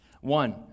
One